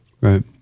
Right